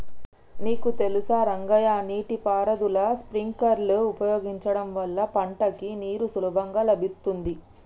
నీకు తెలుసా రంగయ్య నీటి పారుదల స్ప్రింక్లర్ ఉపయోగించడం వల్ల పంటకి నీరు సులభంగా లభిత్తుంది